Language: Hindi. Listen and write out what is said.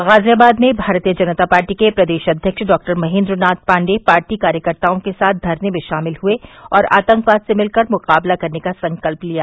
गाजियाबाद में भारतीय जनता पार्टी के प्रदेश अध्यक्ष डॉक्टर महेन्द्र नाथ पाण्डेय पार्टी कार्यकर्ताओं के साथ धरने में शामिल हुये और आतंकवाद से मिलकर मुकाबला करने का संकल्प लिया